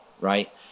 Right